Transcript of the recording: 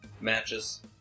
Matches